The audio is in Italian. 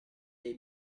dei